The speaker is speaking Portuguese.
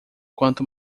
quanto